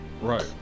Right